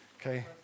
Okay